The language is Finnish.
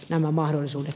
tämä mahdollisuus